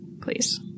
please